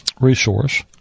resource